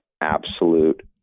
absolute